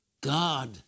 God